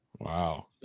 wow